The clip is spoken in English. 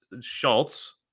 Schultz